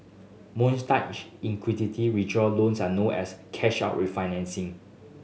mortgage equity withdrawal loans are also known as cash out refinancing